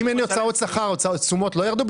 אם אין לי הוצאות שכר אז התשומות לא ירדו?